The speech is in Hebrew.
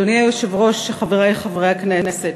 אדוני היושב-ראש, חברי חברי הכנסת,